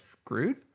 Screwed